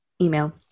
email